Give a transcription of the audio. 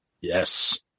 yes